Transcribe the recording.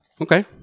Okay